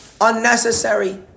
unnecessary